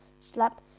slap